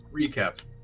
recap